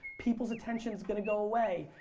people's attention is gonna go away.